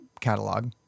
catalog